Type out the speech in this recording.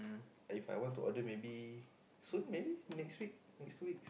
If I want to order maybe soon maybe next week next two weeks